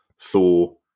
Thor